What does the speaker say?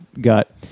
gut